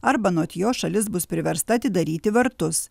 arba anot jo šalis bus priversta atidaryti vartus